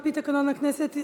על-פי תקנון הכנסת,